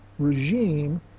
regime